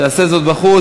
יעשה זאת בחוץ.